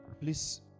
Please